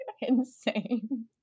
insane